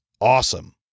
awesome